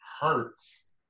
hurts